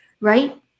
right